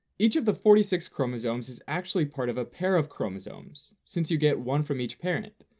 each of the forty six chromosomes is actually part of a pair of chromosomes, since you get one from each parent,